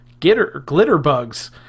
Glitterbugs